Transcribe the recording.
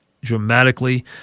dramatically